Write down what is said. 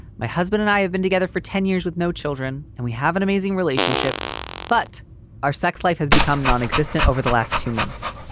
my husband and i have been together for ten years with no children, and we have an amazing relationship but our sex life has become non-existent over the last two months.